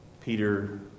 Peter